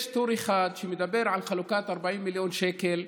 יש טור אחד שמדבר על חלוקת 40 מיליון שקל,